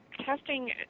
Testing